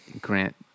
Grant